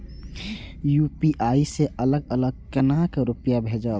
UPI से अलग अलग केना रुपया भेजब